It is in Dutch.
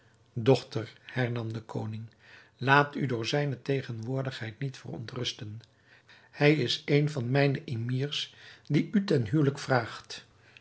dochter hernam de koning laat u door zijne tegenwoordigheid niet verontrusten hij is een van mijne emirs die u ten huwelijk vraagt